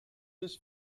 his